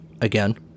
again